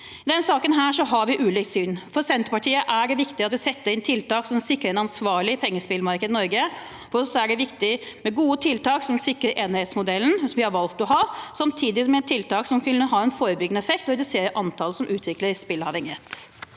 I denne saken har vi ulikt syn. For Senterpartiet er det viktig at vi setter inn tiltak som sikrer et ansvarlig pengespillmarked i Norge. For oss er det viktig med gode tiltak som sikrer enhetsmodellen som vi har valgt å ha, samtidig med tiltak som vil kunne ha en forebyggende effekt og redusere antallet som utvikler spilleavhengighet.